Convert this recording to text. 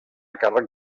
càrrec